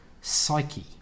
psyche